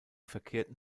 verkehrten